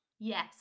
Yes